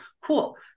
Cool